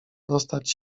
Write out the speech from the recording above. dostać